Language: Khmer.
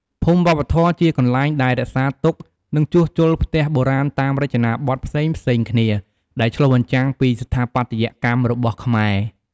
ភូមិវប្បធម៌ជាកន្លែងដែលរក្សាទុក និងជួសជុលផ្ទះបុរាណតាមរចនាបថផ្សេងៗគ្នា ដែលឆ្លុះបញ្ចាំងពីស្ថាបត្យកម្មរបស់ខ្មែរ។